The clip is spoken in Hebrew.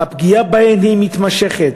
הפגיעה בהן היא מתמשכת.